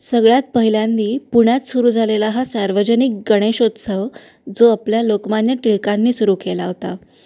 सगळ्यात पहिल्यांदी पुण्यात सुरू झालेला हा सार्वजनिक गणेशोत्सव जो आपल्या लोकमान्य टिळकांनी सुरू केला होता